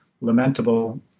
lamentable